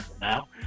now